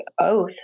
oath